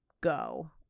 go